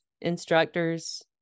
instructors